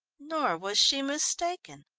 nor was she mistaken.